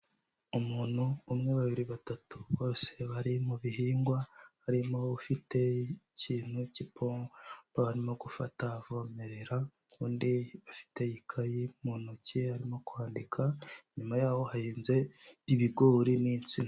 Umuntu umwe, babiri, batatu, bose bari mu bihingwa, harimo ufite ikintu cy'ipompo arimo gufata avomerera, undi afite ikayi mu ntoki arimo kwandika, inyuma yaho hahinze ibigori n'insina.